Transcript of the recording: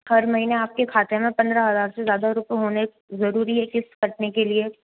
हर महीना आपके खाते में पंद्रह हज़ार से ज़्यादा रूपए होने ज़रूरी है किश्त कटने के लिए